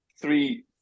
three